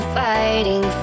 fighting